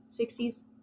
60s